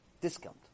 Discount